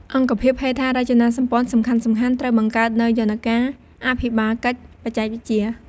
អង្គភាពហេដ្ឋារចនាសម្ព័ន្ធសំខាន់ៗ ត្រូវបង្កើតនូវយន្តការអភិបាលកិច្ចបច្ចេកវិទ្យា។